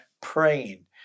praying